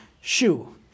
shoe